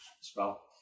spell